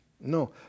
no